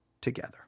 together